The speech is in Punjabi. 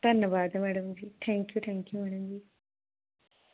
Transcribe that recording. ਧੰਨਵਾਦ madam ji thank you thank you madam ਜੀ